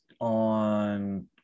on –